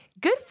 Good